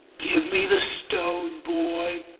give me the stone, boy!